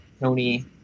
tony